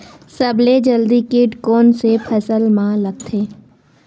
सबले जल्दी कीट कोन से फसल मा लगथे?